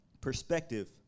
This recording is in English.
perspective